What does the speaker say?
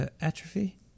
atrophy